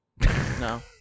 No